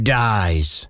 dies